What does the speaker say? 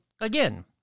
again